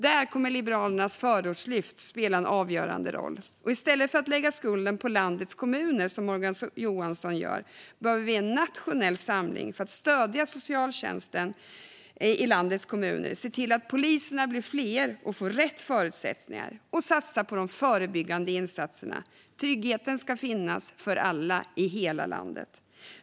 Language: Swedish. Där kommer Liberalernas förortslyft att spela en avgörande roll. I stället för att lägga skulden på landets kommuner, som Morgan Johansson gör, behöver vi en nationell samling för att stödja socialtjänsten i landets kommuner. Vi behöver se till att poliserna blir fler och får rätt förutsättningar och satsa på de förebyggande insatserna. Tryggheten ska finnas för alla i hela landet.